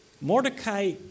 Mordecai